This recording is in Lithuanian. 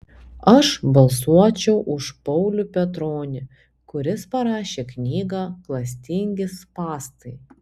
aš balsuočiau už paulių petronį kuris parašė knygą klastingi spąstai